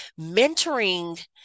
mentoring